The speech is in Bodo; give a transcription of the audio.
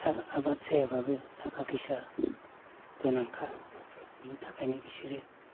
दा आबाद जायाबाबो थाखा फैसा गोनांखा बिनि थाखायनो बिसोरो